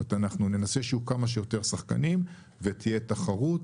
אנחנו ננסה שיהיו כמה שיותר שחקנים ותהיה תחרות.